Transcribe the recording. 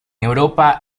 europa